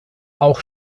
auch